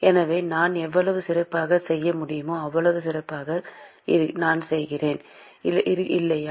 எனவே நான் எவ்வளவு சிறப்பாகச் செய்ய முடியுமோ அவ்வளவு சிறப்பாக நான் இருக்கிறேன் இல்லையா